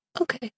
Okay